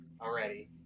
already